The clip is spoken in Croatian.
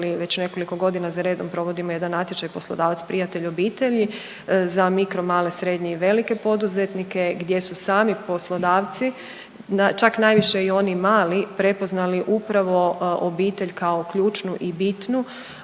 već nekoliko godina zaredom provodimo jedan natječaj Poslodavac prijatelj obitelji za mikro, male, srednje i velike poduzetnike, gdje su sami poslodavci, čak najviše i oni mali prepoznali upravo obitelj kao ključnu i bitnu